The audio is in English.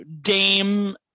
Dame